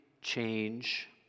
change